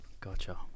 gotcha